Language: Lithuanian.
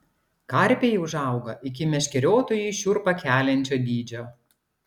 karpiai užauga iki meškeriotojui šiurpą keliančio dydžio